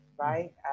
right